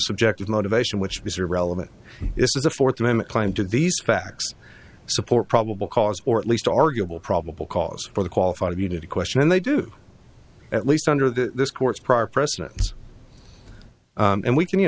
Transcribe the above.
subjective motivation which is irrelevant this is a fourth amendment claim to these facts support probable cause or at least arguable probable cause for the qualified immunity question and they do at least under the court's prior precedents and we can you